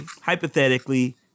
hypothetically